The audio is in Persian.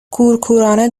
کورکورانه